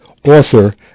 Author